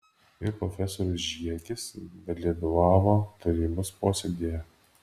ir profesorius žiegis dalyvavo tarybos posėdyje